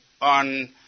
on